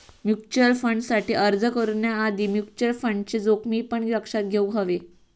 mutual फंडसाठी अर्ज करण्याआधी म्युचल फंडचे जोखमी पण लक्षात घेउक हवे